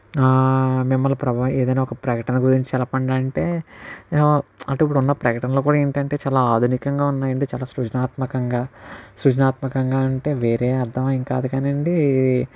మిమ్మల్ని ప్రభ ఏదైనా ఒక ప్రకటన గురించి తెలపండి అంటే ఇప్పుడున్న ప్రకటనలు కూడా ఏంటి అంటే చాలా ఆధునికంగా ఉన్నాయి అండి అంటే చాలా సృజనాత్మకంగా సృజనాత్మకంగా అంటే వేరే అర్థం ఏం కాదు కానీ అండి